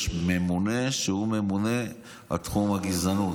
יש ממונה שהוא ממונה על תחום הגזענות,